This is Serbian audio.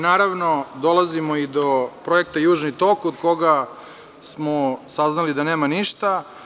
Naravno, dolazimo i do projekta „Južni tok“, od koga smo saznali da nema ništa.